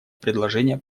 предложение